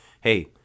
hey